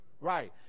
right